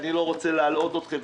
אני לא רוצה להלאות אתכם.